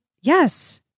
Yes